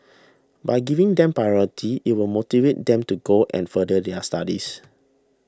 by giving them priority it will motivate them to go and further their studies